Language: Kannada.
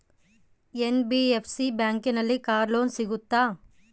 ಎನ್.ಬಿ.ಎಫ್.ಸಿ ಬ್ಯಾಂಕಿನಲ್ಲಿ ಕಾರ್ ಲೋನ್ ಸಿಗುತ್ತಾ?